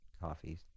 coffee